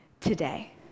today